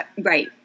right